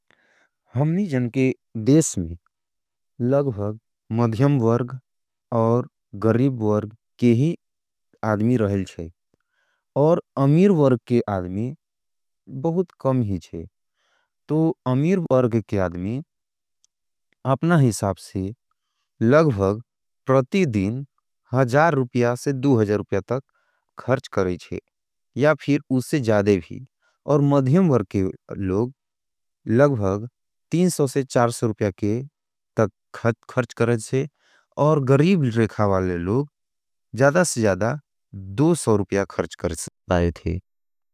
हमनी जन के देश में लगभग मध्यम वर्ग और गरीब वर्ग के ही आदमी रहें थे। और अमीर वर्ग के आदमी बहुत कम ही थे। तो अमीर वर्ग के आदमी अपना हिसाप से लगभग प्रती दिन हजार रुपिया से दूहजार रुपिया तक खर्च करें थे। और गरीब रेखा वाले लोग जदा से जदा दूहजार रुपिया खर्च करें थे।